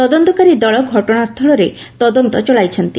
ତଦନ୍ତକାରୀ ଦଳ ଘଟଣାସ୍ଥଳରେ ତଦନ୍ତ ଚଳାଇଛନ୍ତି